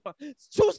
Choose